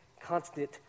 constant